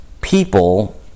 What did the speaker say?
people